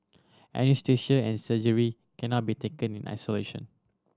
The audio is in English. anaesthesia and surgery cannot be taken in isolation